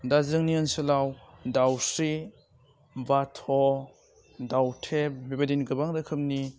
दा जोंनि ओनसोलाव दाउस्रि बाथ' दाउथेब बेबायदिनो गोबां रोखोमनि